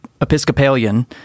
Episcopalian